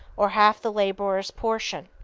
or half the laborer's portion.